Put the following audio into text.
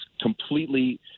completely